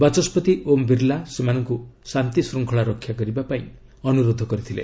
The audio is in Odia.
ବାଚସ୍ୱତି ଓମ୍ ବିର୍ଲା ସେମାନଙ୍କୁ ଶାନ୍ତିଶୃଙ୍ଖଳା ରକ୍ଷା କରିବା ପାଇଁ ଅନୁରୋଧ କରିଥିଲେ